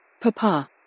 Papa